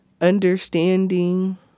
understanding